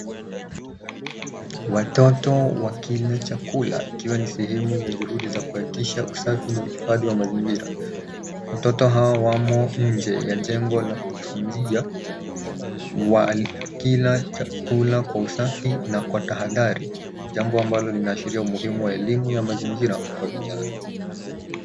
Watoto wakila chakula. Ikiwa ni sehemu ya juhudi za kuhakikisha usafi na uhifadhi wa mazingira. Watoto hao wamo nje ya jengo la kujifunzia wakila chakula kwa usafi na kwa tahadhani. Jambo ambalo linaashiria umuhimu wa elimu kwa vijana.